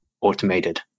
automated